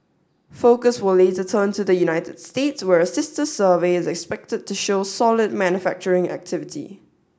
focus will later turn to the United States where a sister survey is expected to show solid manufacturing activity